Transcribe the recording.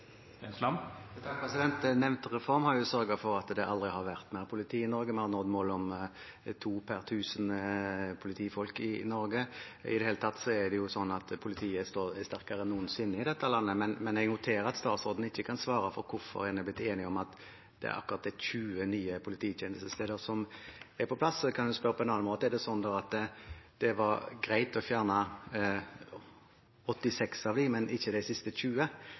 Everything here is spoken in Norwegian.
Nevnte reform har jo sørget for at det aldri har vært mer politi i Norge. Vi har nådd målet om to politifolk per tusen innbyggere i Norge. I det hele tatt er det sånn at politiet står sterkere enn noensinne i dette landet. Jeg noterer at statsråden ikke kan svare på hvorfor en er blitt enige om akkurat 20 nye polititjenestesteder som skal på plass. Jeg kan jo spørre på en annen måte: Er det da sånn at det var greit å fjerne 86 av dem, men ikke de siste 20?